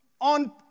on